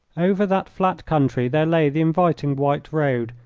over that flat country there lay the inviting white road,